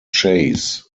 chase